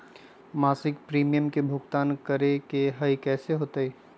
मासिक प्रीमियम के भुगतान करे के हई कैसे होतई?